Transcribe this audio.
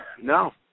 no